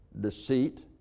deceit